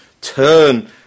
turn